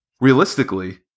realistically